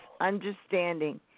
understanding